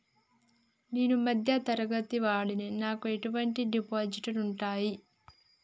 నేను మధ్య తరగతి వాడిని నాకు ఎటువంటి డిపాజిట్లు ఉంటయ్?